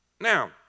Now